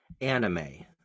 anime